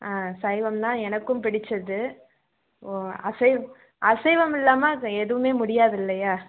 ஆ சைவம் தான் எனக்கும் பிடிச்சது ஓ அசைவ அசைவம் இல்லாமல் எதுவுமே முடியாது இல்லையா